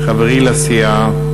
חברי לסיעה,